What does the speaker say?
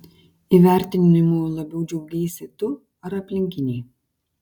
įvertinimu labiau džiaugeisi tu ar aplinkiniai